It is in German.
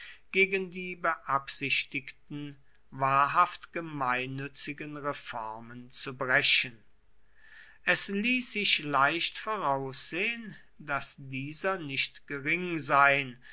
gegen die beabsichtigten wahrhaft gemeinnützigen reformen zu brechen es ließ sich leicht voraussehen daß dieser nicht gering sein